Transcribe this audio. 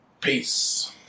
Peace